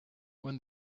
when